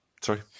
sorry